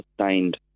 sustained